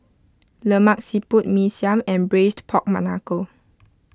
Lemak Siput Mee Siam and Braised Pork